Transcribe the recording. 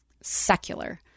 secular